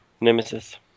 Nemesis